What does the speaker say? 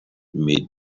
made